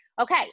okay